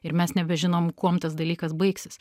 ir mes nebežinom kuom tas dalykas baigsis